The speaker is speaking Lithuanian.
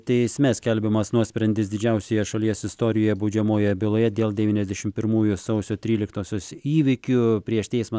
teisme skelbiamas nuosprendis didžiausioje šalies istorijoje baudžiamojoje byloje dėl devyniasdešim pirmųjų sausio tryliktosios įvykių prieš teismą